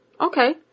Okay